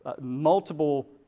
multiple